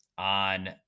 on